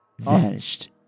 vanished